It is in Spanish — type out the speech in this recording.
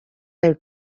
del